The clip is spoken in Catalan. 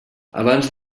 abans